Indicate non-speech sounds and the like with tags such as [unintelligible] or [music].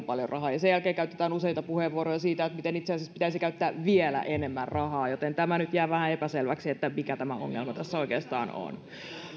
[unintelligible] paljon rahaa ja sen jälkeen käytetään useita puheenvuoroja siitä miten itse asiassa pitäisi käyttää vielä enemmän rahaa joten nyt jää vähän epäselväksi mikä tämä ongelma tässä oikeastaan on